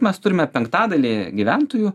mes turime penktadalį gyventojų